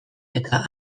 eta